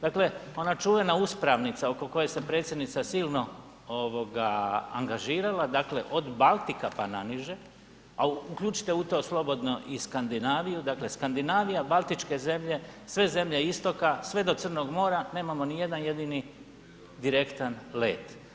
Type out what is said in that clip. Dakle, ona čuvena uspravnica oko koje se Predsjednica silno angažirala, dakle od Baltika pa naniže, a uključite u to slobodno i Skandinaviju, dakle Skandinavija, baltičke zemlje, sve zemlje istoka, sve do Crnog mora, nemamo nijedan jedini direktan let.